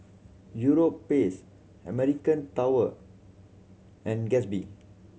Europace American tower and Gatsby